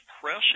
Press